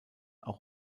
auch